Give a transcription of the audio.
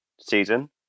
season